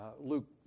Luke